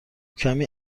کمی